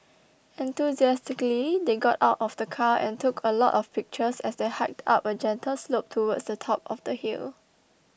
enthusiastically they got out of the car and took a lot of pictures as they hiked up a gentle slope towards the top of the hill